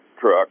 truck